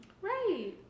Right